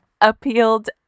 appealed